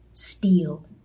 steal